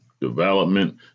development